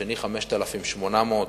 השני, 5,800,